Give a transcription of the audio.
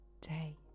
day